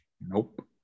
Nope